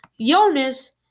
Jonas